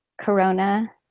Corona